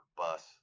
bus